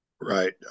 Right